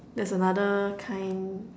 there's another kind